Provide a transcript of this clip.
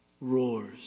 roars